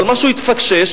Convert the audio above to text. אבל משהו התפקשש,